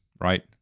right